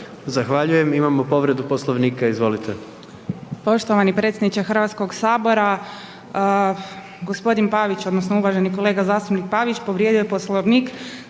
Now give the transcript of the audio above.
Zahvaljujem. Imamo povredu Poslovnika. Izvolite.